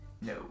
no